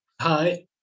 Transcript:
Hi